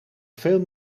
veel